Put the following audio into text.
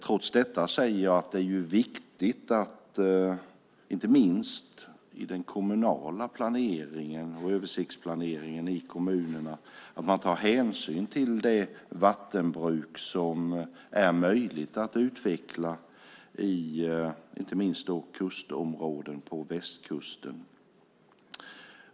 Trots detta är det viktigt att man i den kommunala planeringen och översiktsplaneringen i kommunerna tar hänsyn till det vattenbruk som är möjligt att utveckla inte minst i kustområden på västkusten.